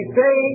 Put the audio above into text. say